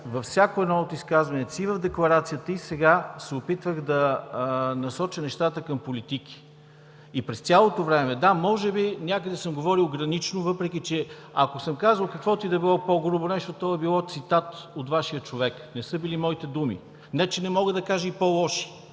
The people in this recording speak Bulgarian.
във всяко едно от изказванията си – и в декларацията, и сега, се опитвах да насоча нещата към политики. Да, може би някъде съм говорил гранично, въпреки че ако съм казал каквото и да било по-грубо нещо, то е било цитат от Вашия човек, не са били моите думи. Не че не мога да кажа и по-лоши.